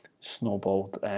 snowballed